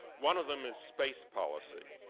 one of them is space policy.